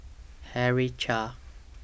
Henry Chia